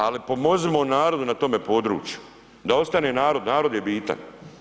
Ali pomozimo narodu na tome području, da ostane narod, narod je bitan.